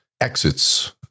exits